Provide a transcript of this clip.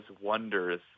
wonders